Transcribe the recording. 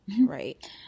Right